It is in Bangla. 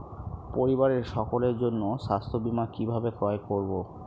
পরিবারের সকলের জন্য স্বাস্থ্য বীমা কিভাবে ক্রয় করব?